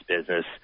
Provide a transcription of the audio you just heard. business